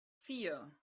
vier